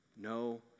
No